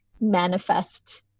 manifest